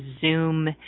Zoom